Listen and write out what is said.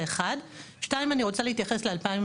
הערה שנייה, אני רוצה להתייחס ל-2018.